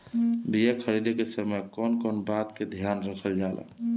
बीया खरीदे के समय कौन कौन बात के ध्यान रखल जाला?